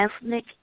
ethnic